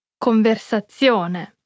Conversazione